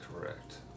correct